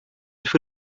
für